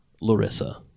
Larissa